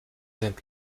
sind